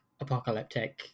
apocalyptic